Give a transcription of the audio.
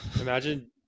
Imagine